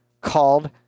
called